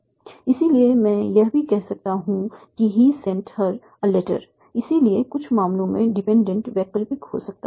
इसलिए मैं यह भी कह सकता हूं कि 'he sent her a letter' इसलिए D कुछ मामलों में डिपेंडेंट वैकल्पिक हो सकता है